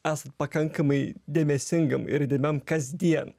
esant pakankamai dėmesingam ir įdėmiam kasdien